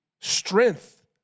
strength